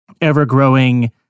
ever-growing